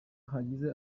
hagize